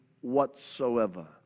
whatsoever